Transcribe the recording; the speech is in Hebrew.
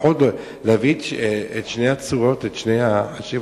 לפחות להביא את שתי הצורות ואת שתי צורות החשיבה.